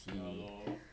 ya lor